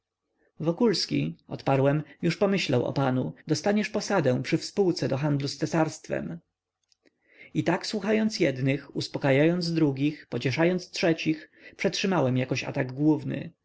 roku wokulski odparłem już pomyślał o panu dostaniesz posadę przy współce do handlu z cesarstwem i tak słuchając jednych uspakajając drugich pocieszając trzecich przetrzymałem jakoś atak główny